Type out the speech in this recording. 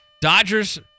Dodgers